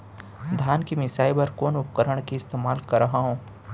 धान के मिसाई बर कोन उपकरण के इस्तेमाल करहव?